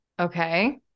Okay